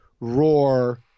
roar –